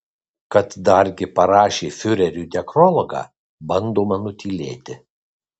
kad dargi parašė fiureriui nekrologą bandoma nutylėti